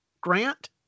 Grant